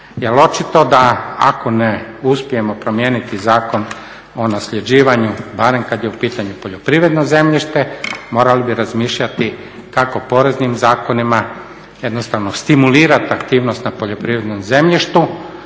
Jer očito da ako ne uspijemo promijeniti Zakon o nasljeđivanju barem kada je u pitanju poljoprivredno zemljište morali bi razmišljati kako poreznim zakonima jednostavno stimulirati aktivnost na poljoprivrednom zemljištu